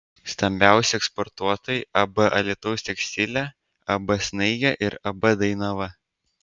stambiausi eksportuotojai ab alytaus tekstilė ab snaigė ir ab dainava